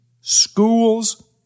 schools